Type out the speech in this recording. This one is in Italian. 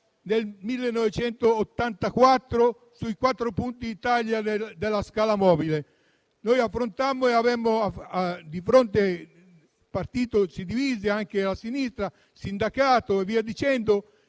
del 1984 sui quattro punti di taglio della scala mobile. Noi affrontammo e avemmo di fronte un partito che si divise, anche a sinistra; lo stesso sindacato e via dicendo.